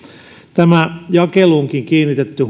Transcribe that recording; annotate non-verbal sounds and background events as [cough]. jakeluunkin on kiinnitetty [unintelligible]